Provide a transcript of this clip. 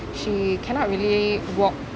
she cannot really walk